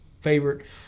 favorite